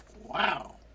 Wow